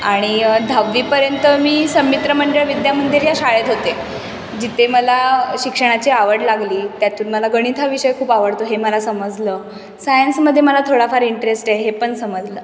आणि दहावीपर्यंत मी सन्मित्र मंडळ विद्यामंदिर या शाळेत होते जिथे मला शिक्षणाची आवड लागली त्यातून मला गणित हा विषय खूप आवडतो हे मला समजलं सायन्समध्ये मला थोडाफार इंटरेस्ट आहे हे पण समजलं